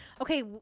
Okay